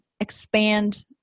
expand